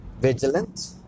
vigilant